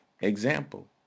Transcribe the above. Example